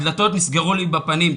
הדלתות נסגרו לי בפנים,